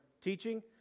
teaching